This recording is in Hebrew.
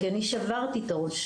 כי אני שברתי את הראש.